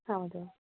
ಹೌದು